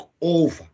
over